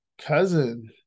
cousin